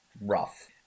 rough